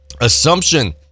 Assumption